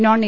non A